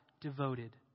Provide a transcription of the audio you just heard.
devoted